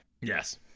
Yes